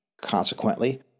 Consequently